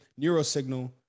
neurosignal